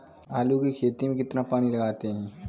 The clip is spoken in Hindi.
आलू की खेती में कितना पानी लगाते हैं?